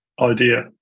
idea